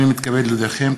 הינני מתכבד להודיעכם,